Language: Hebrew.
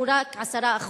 הוא רק 10%,